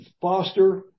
Foster